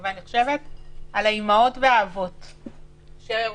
אבל אני חושבת על האימהות והאבות שרואים,